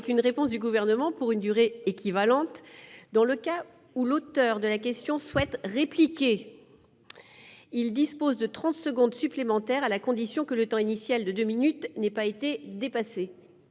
une réponse du Gouvernement pour une durée équivalente. Dans le cas où l'auteur de la question souhaite répliquer, il dispose de trente secondes supplémentaires, à la condition que le temps initial de deux minutes n'ait pas été dépassé.